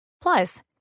Plus